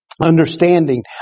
understanding